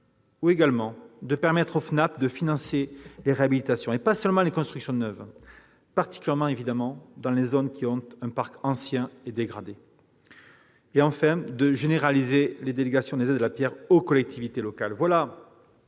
bailleurs, à permettre au FNAP de financer des réhabilitations et pas seulement des constructions neuves, particulièrement dans les zones qui ont un parc ancien et dégradé, et enfin à généraliser les délégations des aides à la pierre aux collectivités locales.